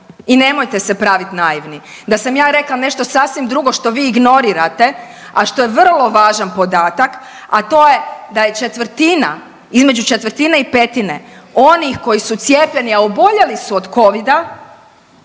i nemojte se praviti naivni. Da sam ja rekla nešto sasvim drugo što vi ignorirate, a što je vrlo važan podatak, a to je da je četvrtina, između četvrtine i petine oni koji su cijepljeni, a oboljeli su od covida